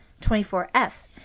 24F